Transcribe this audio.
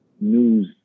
news